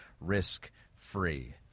risk-free